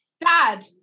Dad